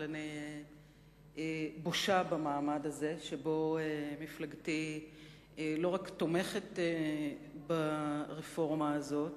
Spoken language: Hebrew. אבל אני בושה במעמד הזה שבו מפלגתי לא רק תומכת ברפורמה הזאת